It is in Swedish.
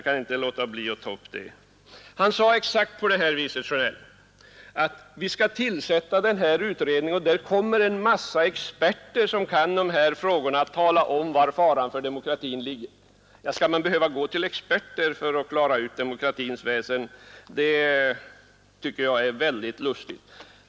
Men herr Sjönell sade exakt så, att vi skall tillsätta denna utredning där det kommer att finnas en mängd experter som kan dessa frågor; de skall tala om var faran för demokratin ligger. Men skall man verkligen behöva gå till experter för att klara ut demokratins väsen? Det tycker jag är mycket underligt.